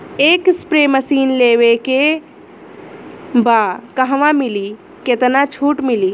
एक spray machine लेवे के बा कहवा मिली केतना छूट मिली?